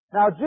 Now